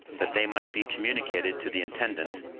that they might be communicated to the intendant,